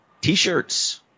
t-shirts